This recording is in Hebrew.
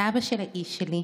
זה האבא של האיש שלי.